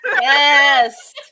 yes